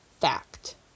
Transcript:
Fact